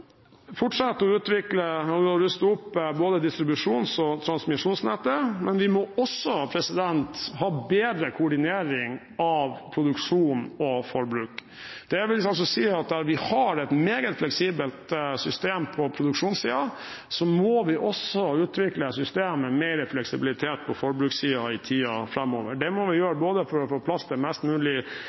må også ha bedre koordinering av produksjon og forbruk. Det vil altså si at vi har et meget fleksibelt system på produksjonssiden. Så må vi også utvikle et system med mer fleksibilitet på forbrukssiden i tiden framover. Det må vi gjøre for å få plass til mest mulig